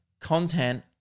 content